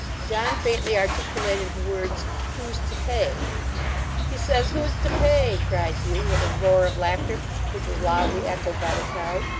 john faintly articulated the words, who's to pay he says who's to pay? cried hugh, with a roar of laughter which was loudly echoed by the crowd.